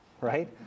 right